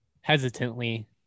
hesitantly